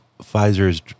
Pfizer's